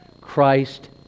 Christ